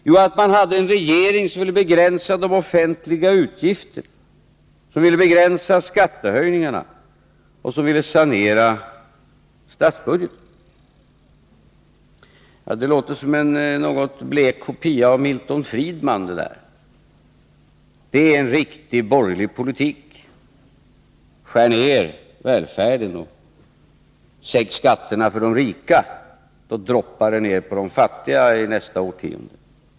Jo, att man hade en regering som ville begränsa de offentliga utgifterna, som ville begränsa skattehöjningarna och som ville sanera statsbudgeten. Det låter som en något blek kopia av Milton Friedman. Det är en riktigt borgerlig politik: Skär ned välfärden och sänk skatterna för de rika, så droppar det ner på de fattiga i nästa årtionde!